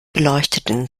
beleuchteten